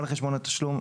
"מנהל חשבון תשלום משלם"